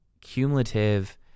cumulative